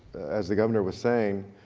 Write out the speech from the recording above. as the governor was saying,